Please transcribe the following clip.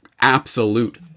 absolute